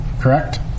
correct